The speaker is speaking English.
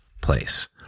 place